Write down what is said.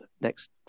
next